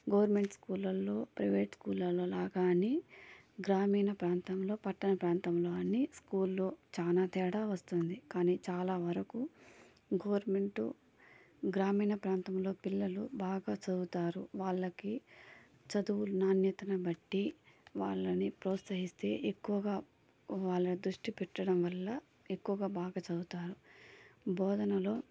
government స్కూల్లలో private స్కూల్లగానే గ్రామీణ ప్రాంతంలో పట్టణ ప్రాంతంలోని స్కూల్లో చాలా తేడా వస్తుంది కానీ చాలా వరకు గవర్నమెంట్ గ్రామీణ ప్రాంతంలో పిల్లలు బాగా చదువుతారు వాళ్ళకి చదువులు నాణ్యతను బట్టి వాళ్ళని ప్రోత్సహిస్తే ఎక్కువగా వాళ్ళ దృష్టి పెట్టడం వల్ల ఎక్కువగా బాగా చదువుతారు బోధనలో